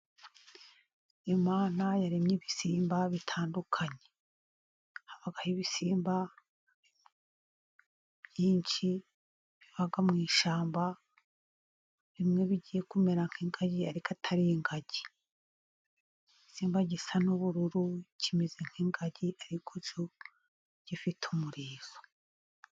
Imana yaremye ibisimba bitandukanye. Habaho ibisimba byinshi biba mu ishyamba, bimwe bigiye kumera nk'ingagi ariko atari ingagi. Igisimba gisa n'ubururu kimeze nk'ingagi, ariko cyo gifite umurizo.